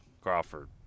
Crawford